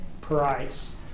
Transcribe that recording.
price